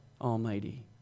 Almighty